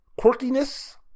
quirkiness